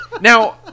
Now